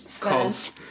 Calls